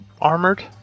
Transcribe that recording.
armored